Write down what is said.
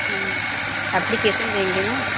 हम्म application देंगे ना